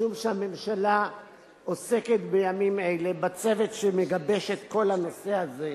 משום שהממשלה עוסקת בימים אלה בצוות שמגבש את כל הנושא הזה.